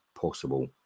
possible